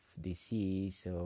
disease